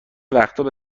وقتابه